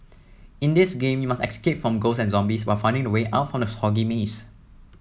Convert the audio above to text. in this game you must escape from ghosts and zombies while finding the way out from the foggy maze